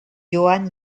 johan